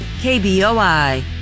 KBOI